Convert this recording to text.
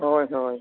ᱦᱳᱭ ᱦᱳᱭ